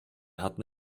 hatten